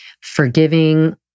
Forgiving